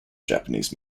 japanese